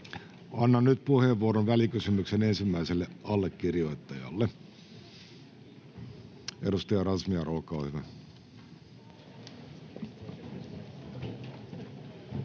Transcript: Annan nyt puheenvuoron välikysymyksen ensimmäiselle allekirjoittajalle. — Edustaja Razmyar, olkaa hyvä.